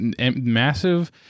massive